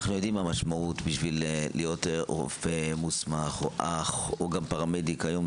אנו יודעים מה המשמעות של להיות רופא מוסמך או אח או פרמדיק היום